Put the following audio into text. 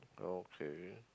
okay